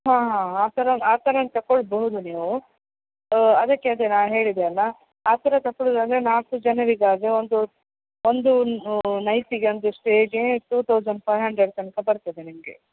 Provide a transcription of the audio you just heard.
ಹಾಂ ಆ ಥರ ಆ ಥರನು ತಕೊಳ್ಬಹುದು ನೀವು ಅದಕ್ಕೆ ಅದೇ ನಾ ಹೇಳಿದೆ ಅಲ್ಲ ಆ ಥರ ತಕೊಳೋದಾದ್ರೆ ನಾಲ್ಕು ಜನರಿಗಾದರೆ ಒಂದು ಒಂದು ನೈಟಿಗೆ ಒಂದು ಸ್ಟೇಗೆ ಟು ಥೌಸಂಡ್ ಫೈವ್ ಹಂಡ್ರೆಡ್ ತನಕ ಬರ್ತದೆ ನಿಮಗೆ